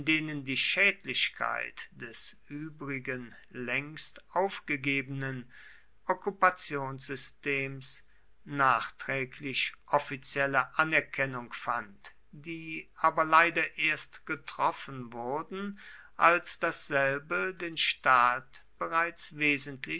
denen die schädlichkeit des übrigen längst aufgegebenen okkupationssystems nachträglich offizielle anerkennung fand die aber leider erst getroffen wurden als dasselbe den staat bereits wesentlich